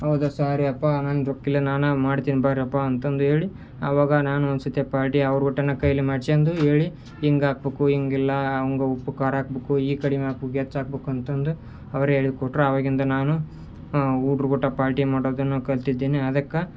ಹೌದಾ ಸಾರಿಯಪ್ಪ ನಾನು ರೊಕ್ಕಿಲ್ಲ ನಾನು ಮಾಡ್ತೀನಿ ಬನ್ರ ಅಂತಂದು ಹೇಳಿ ಅವಾಗ ನಾನು ಒಂದ್ಸತಿ ಪಾರ್ಟಿ ಅವ್ರ ಊಟನ ಕೈಲಿ ಮಾಡ್ಸ್ಯಂಡು ಹೇಳಿ ಹಿಂಗ ಹಾಕ್ಬಕು ಹಿಂಗ್ ಇಲ್ಲ ಅಂಗ ಉಪ್ಪು ಖಾರ ಹಾಕ್ಬಕು ಈ ಕಡಿಮೆ ಹಾಕ್ಬಕು ಹೆಚ್ ಹಾಕ್ಬಕು ಅಂತಂದು ಅವರೇ ಹೇಳಿಕೊಟ್ರು ಆವಾಗಿಂದ ನಾನು ಹುಡ್ರು ಕೂಟ ಪಾರ್ಟಿ ಮಾಡೋದನ್ನು ಕಲ್ತಿದ್ದೀನಿ ಅದಕ್ಕೆ